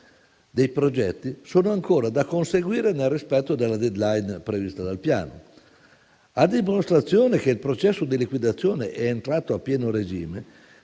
dei progetti, sono ancora da conseguire nel rispetto della *deadline* prevista dal piano. A dimostrazione che il processo di liquidazione è entrato a pieno regime,